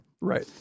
Right